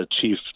Chief